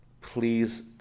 please